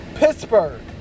Pittsburgh